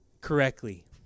correctly